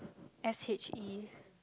s_h_e